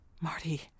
Marty